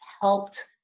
helped